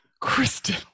kristen